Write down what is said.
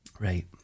Right